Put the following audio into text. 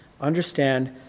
understand